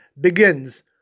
begins